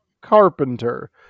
carpenter